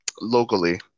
locally